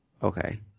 Okay